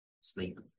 Sleep